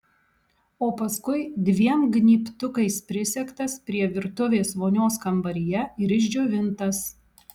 o paskui dviem gnybtukais prisegtas prie virtuvės vonios kambaryje ir išdžiovintas